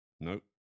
Nope